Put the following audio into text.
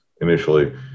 initially